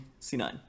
C9